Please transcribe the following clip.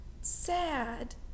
sad